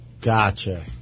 Gotcha